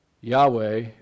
Yahweh